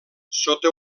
sota